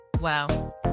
wow